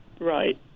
Right